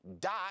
dot